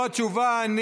חברים, זו התשובה.